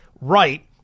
right